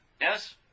Yes